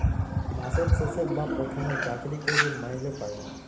মাসের শেষে বা পথমে চাকরি ক্যইরে মাইলে পায়